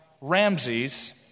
Ramses